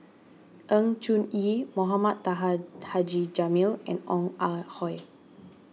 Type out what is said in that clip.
Sng Choon Yee Mohamed Taha Haji Jamil and Ong Ah Hoi